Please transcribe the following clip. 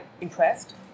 impressed